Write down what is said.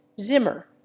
Zimmer